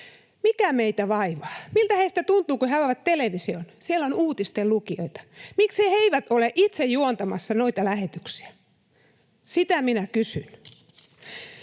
Mikä meitä vaivaa? Miltä heistä tuntuu, kun he avaavat television? Siellä on uutistenlukijoita. Miksi he eivät ole itse juontamassa noita lähetyksiä? Sitä minä kysyn.